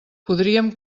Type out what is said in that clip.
podríem